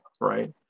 right